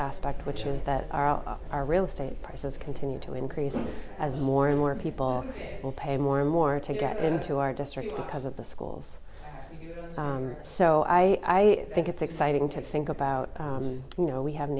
aspect which is that our real estate prices continue to increase as more and more people will pay more and more to get into our district because of the schools so i think it's exciting to think about you know we have